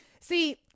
See